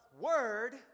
word